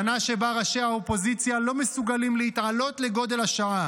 שנה שבה ראשי האופוזיציה לא מסוגלים להתעלות לגודל השעה